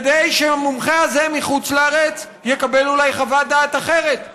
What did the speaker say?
כדי שהמומחה הזה מחוץ לארץ יקבל אולי חוות דעת אחרת.